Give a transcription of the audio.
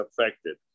affected